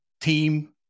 team